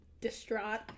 distraught